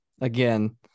again